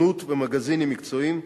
בעיתונות ובמגזינים מקצועיים.